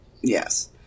Yes